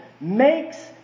makes